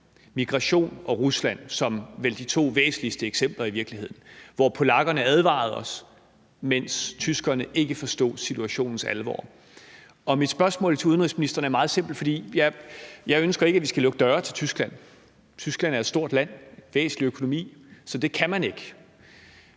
Migration og Rusland er vel i virkeligheden de to væsentligste eksempler, som polakkerne advarede os om, mens tyskerne ikke forstod situationens alvor. Og mit spørgsmål til udenrigsministeren er meget simpelt, for jeg ønsker ikke, at vi skal lukke døre til Tyskland. Tyskland er et stort land, en væsentlig økonomi, så det kan man ikke.